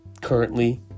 currently